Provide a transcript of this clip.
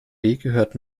gehört